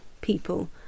people